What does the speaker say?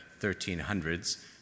1300s